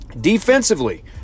Defensively